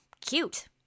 cute